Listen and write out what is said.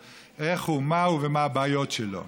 איך הוא ומה הוא ומה הבעיות שבו.